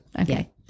Okay